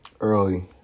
early